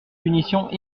punitions